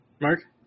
Mark